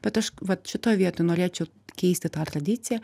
bet aš vat šitoj vietoj norėčiau keisti tą tradiciją